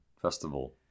festival